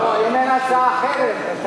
אם אין הצעה אחרת.